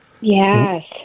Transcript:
Yes